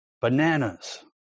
Bananas